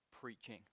preaching